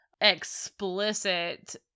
explicit